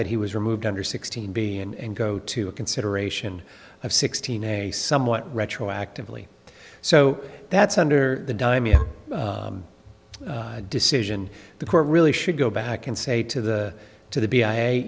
that he was removed under sixteen b and go to a consideration of sixteen a somewhat retroactively so that's under the dime you decision the court really should go back and say to the to the b i a